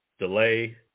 delay